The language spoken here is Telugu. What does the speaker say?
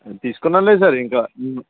తీసుకున్నాంలే సార్ ఇంకా